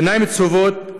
שיניים צהובות,